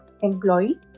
employee